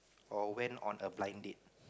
or went on a blind date